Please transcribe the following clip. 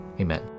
Amen